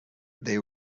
they